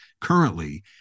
currently